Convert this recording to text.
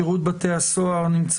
לפתח הוועדה, הוא נושא חשוב.